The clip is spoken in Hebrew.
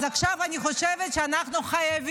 גם בעבודה לא חסר --- אז עכשיו אני חושבת שאנחנו חייבים,